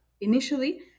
initially